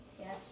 Yes